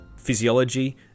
physiology